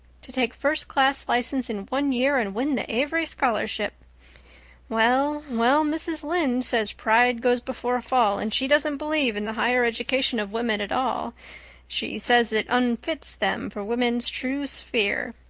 to take first class license in one year and win the avery scholarship well, well, mrs. lynde says pride goes before a fall and she doesn't believe in the higher education of women at all she says it unfits them for woman's true sphere.